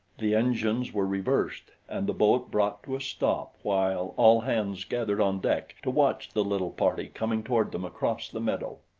the engines were reversed and the boat brought to a stop while all hands gathered on deck to watch the little party coming toward them across the meadow.